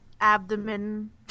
abdomen